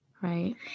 right